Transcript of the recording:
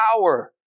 power